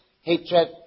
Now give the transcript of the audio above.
hatred